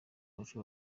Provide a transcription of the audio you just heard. bacu